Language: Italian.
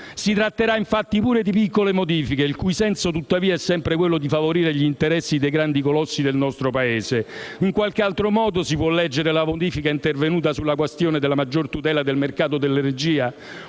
Si tratterà infatti pure di piccole modifiche, il cui senso tuttavia è sempre quello di favorire gli interessi dei grandi colossi del nostro Paese. In quale altro modo si può leggere la modifica intervenuta sulla questione della maggior tutela del mercato dell'energia,